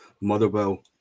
Motherwell